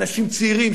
אנשים צעירים,